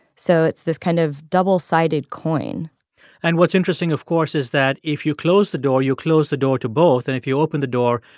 so it's this kind of double-sided coin and what's interesting, of course, is that if you close the door, you close the door to both, and if you open the door,